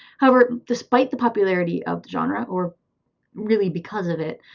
however, despite the popularity of the genre or really because of it,